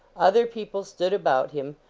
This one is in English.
other people stood about him,